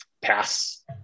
pass